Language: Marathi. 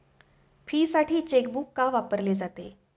फीसाठी चेकबुक का वापरले जाते?